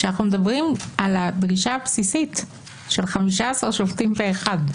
כשאנחנו מדברים על הדרישה הבסיסית של 15 שופטים פה אחד.